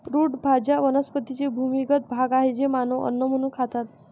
route भाज्या वनस्पतींचे भूमिगत भाग आहेत जे मानव अन्न म्हणून खातात